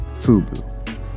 FUBU